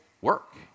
work